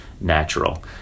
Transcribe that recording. natural